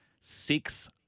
six